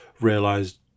Realised